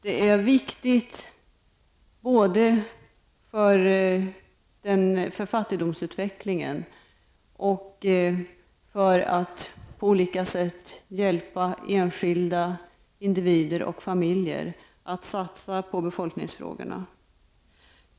Det är viktigt, både när det gäller fattigdomsutvecklingen och när det gäller att på olika sätt hjälpa enskilda individer och familjer, att satsa på befolkningsfrågorna.